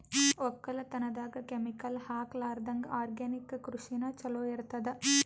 ಒಕ್ಕಲತನದಾಗ ಕೆಮಿಕಲ್ ಹಾಕಲಾರದಂಗ ಆರ್ಗ್ಯಾನಿಕ್ ಕೃಷಿನ ಚಲೋ ಇರತದ